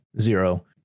zero